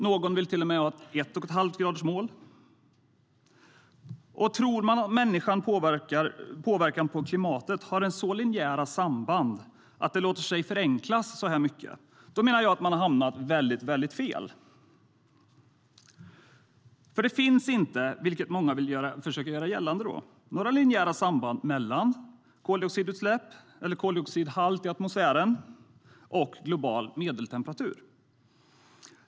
Någon vill till och med ha ett en-och-en-halv-gradsmål. Tror man att människans påverkan på klimatet har så linjära samband att det låter sig förenklas så här mycket, då menar jag att man har hamnat väldigt fel. Det finns inte - vilket många ändå försöker göra gällande - några linjära samband mellan koldioxidhalt i atmosfären och global medeltemperatur.